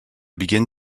begin